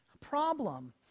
problem